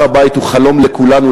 הר-הבית הוא חלום של כולנו,